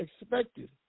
expected